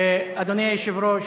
אדוני היושב-ראש,